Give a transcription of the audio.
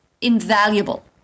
invaluable